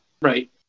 Right